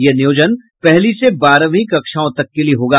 यह नियोजन पहली से बारहवीं कक्षाओं तक के लिये होगी